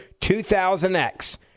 2000X